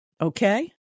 Okay